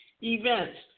events